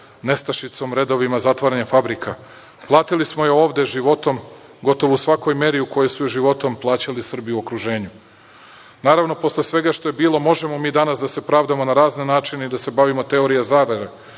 nestašicom, redovima, zatvaranjem fabrika. Platili smo je ovde životom gotovo u svakoj meri u kojoj su je životom plaćali Srbi u okruženju. Naravno, posle svega što je bilo možemo mi danas da se pravdamo na razne načine i da se bavimo teorijama zavere